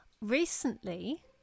recently